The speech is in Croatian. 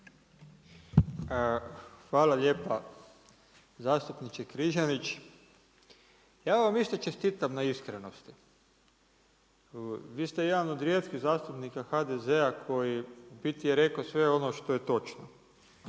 Hvala lijepa zastupniče Križanić. Ja vam isto čestitam na iskrenosti. Vi ste jedan od rijetkih zastupnika HDZ-a koji u biti je rekao sve ono što je točno.